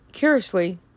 Curiously